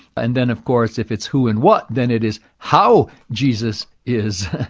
and then, of course, if it's who and what, then it is how jesus is.